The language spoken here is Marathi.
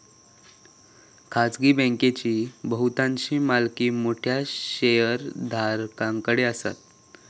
खाजगी बँकांची बहुतांश मालकी मोठ्या शेयरधारकांकडे असता